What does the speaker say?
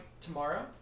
tomorrow